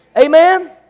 Amen